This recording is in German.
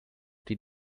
die